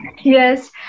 Yes